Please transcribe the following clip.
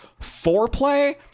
foreplay